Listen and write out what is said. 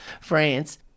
France